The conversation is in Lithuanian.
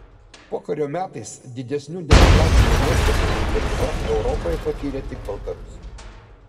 pokario metais didesnių demografinių nuostolių nei lietuva europoje patyrė tik baltarusija